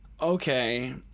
okay